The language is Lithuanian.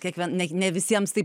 kiekvien ne ne visiems taip